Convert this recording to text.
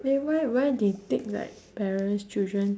eh why why they tick like parents children